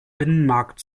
binnenmarkt